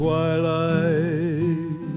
Twilight